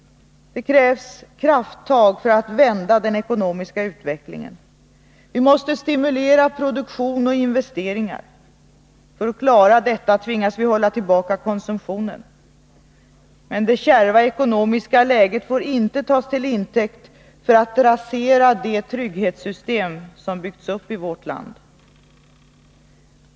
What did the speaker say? Det krävs krafttag för att vända den ekonomiska utvecklingen. Vi måste stimulera produktion och investeringar. För att klara detta tvingas vi hålla tillbaka konsumtionen. Men det kärva ekonomiska läget får inte tas till intäkt för att rasera det trygghetssystem som har byggts upp i vårt land.